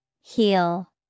Heal